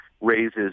raises